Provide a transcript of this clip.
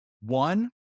one